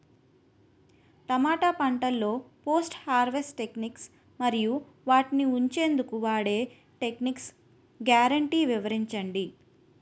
టమాటా పంటలో post harvest techniques మరియు వాటిని ఉంచెందుకు వాడే టెక్నిక్స్ గ్యారంటీ వివరించండి?